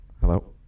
Hello